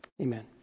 amen